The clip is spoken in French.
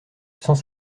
sans